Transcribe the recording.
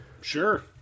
Sure